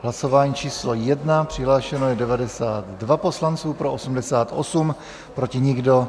Hlasování číslo 1, přihlášeno je 92 poslanců, pro 88, proti nikdo.